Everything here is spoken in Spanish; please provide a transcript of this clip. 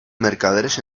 mercaderes